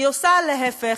היא עושה להפך,